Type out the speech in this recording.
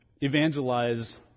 evangelize